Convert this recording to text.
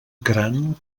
gran